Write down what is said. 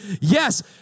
Yes